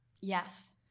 yes